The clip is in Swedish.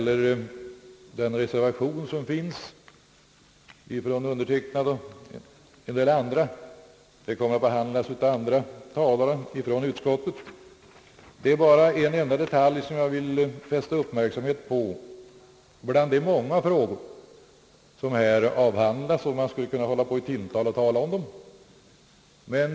Även den reservation som underskrivits av mig och en del andra ledamöter kommer att behandlas av andra talare. Det är bara en enda detalj som jag vill fästa uppmärksamheten på bland de många frågor som här avhandlas, frågor som man skulle kunna hålla på i timmar att tala om.